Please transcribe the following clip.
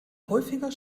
häufiger